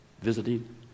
visiting